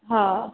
हा